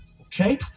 Okay